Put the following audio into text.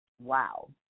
Wow